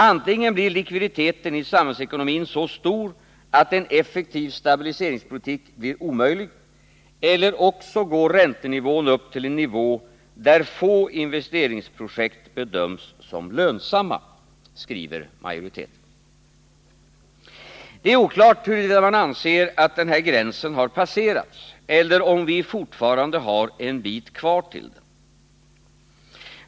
Antingen blir likviditeten i samhällsekonomin så stor att en effektiv stabiliseringspolitik blir omöjlig eller också går räntan upp till en nivå där få investeringsprojekt bedöms som lönsamma, skriver majoriteten. Det är oklart huruvida man anser att den här gränsen har passerats eller om vi fortfarande har en bit kvar till den.